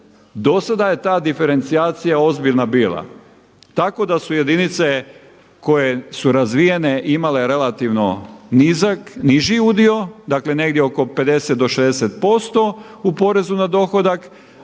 do sada je ta diferencija ozbiljna bila tako da su jedinice koje su razvijene imale relativno niži udio dakle negdje oko 50 do 60% u porezu na dohodak